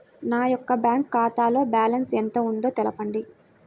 నా యొక్క బ్యాంక్ ఖాతాలో బ్యాలెన్స్ ఎంత ఉందో తెలపండి?